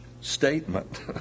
statement